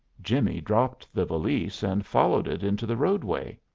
jimmie dropped the valise and followed it into the roadway.